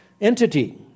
entity